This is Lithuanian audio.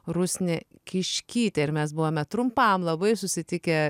rusnė kiškytė ir mes buvome trumpam labai susitikę